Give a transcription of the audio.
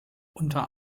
unter